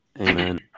amen